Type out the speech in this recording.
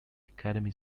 academy